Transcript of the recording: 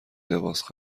لباس